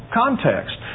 context